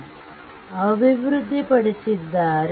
Leon Thevenin ಅಭಿವೃದ್ಧಿಪಡಿಸಿದ್ದಾರೆ